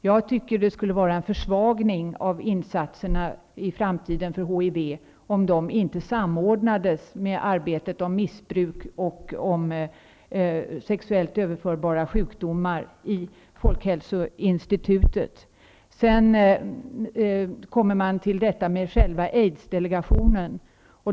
Jag tycker att det skulle utgöra en försvagning av insatserna i framtiden mot hiv, om inte dessa insatser samordnades med arbetet mot missbruk och sexuellt överförbara sjukdomar hos folkhälsoinstitutet. Sedan har vi själva aidsdelegationen.